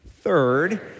Third